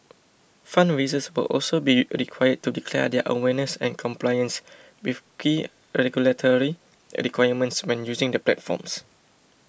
fundraisers will also be required to declare their awareness and compliance with key regulatory requirements when using the platforms